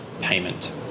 payment